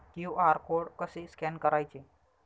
QR code कसे scan करायचे?